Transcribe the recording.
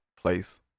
place